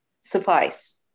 suffice